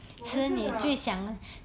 我们真的啊